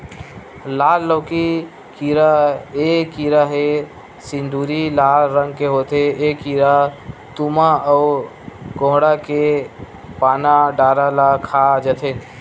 लाल लौकी कीरा ए कीरा ह सिंदूरी लाल रंग के होथे ए कीरा तुमा अउ कोड़हा के पाना डारा ल खा जथे